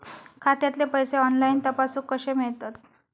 खात्यातले पैसे ऑनलाइन तपासुक कशे मेलतत?